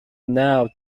now